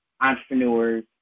entrepreneurs